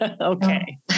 Okay